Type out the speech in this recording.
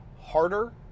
harder